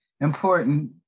important